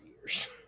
years